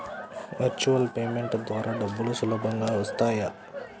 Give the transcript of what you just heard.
Virtual payment ద్వారా డబ్బులు సులభంగా వస్తాయా?